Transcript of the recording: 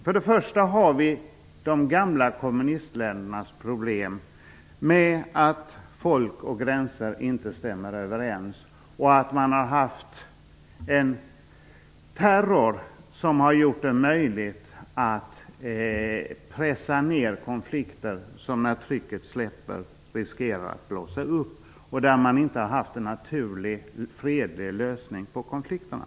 För det första gäller det de gamla kommunistländernas problem med att folk och gränser inte stämmer överens och att man har haft en terror som har gjort det möjligt att pressa ned konflikter. När trycket släpper riskerar de att blossa upp. Man har där inte haft en naturlig fredlig lösning av konflikterna.